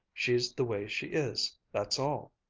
she's the way she is, that's all.